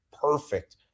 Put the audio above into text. perfect